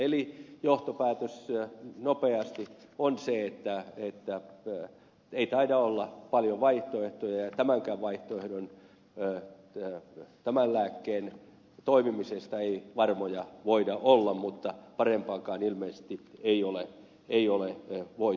eli johtopäätös nopeasti on se että ei taida olla paljon vaihtoehtoja ja tämänkään vaihtoehdon tämän lääkkeen toimimisesta ei varmoja voida olla mutta parempaakaan ilmeisesti ei ole voitu löytää